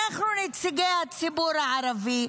אנחנו נציגי הציבור הערבי,